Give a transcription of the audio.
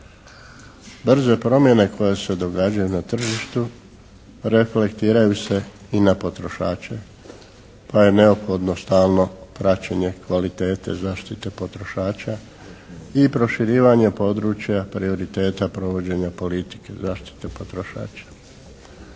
Brze promjene koje se događaju na tržištu reflektiraju se i na potrošače pa je neophodno stalno praćenje kvalitete zaštite potrošača i proširivanje područja prioriteta provođenja politike zaštite potrošača.